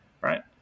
Right